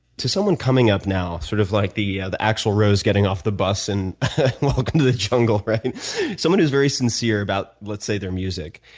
to someone coming up now, sort of like the the axl rose getting off the bus in welcome to the jungle, someone who is very sincere about, let's say, their music,